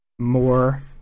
more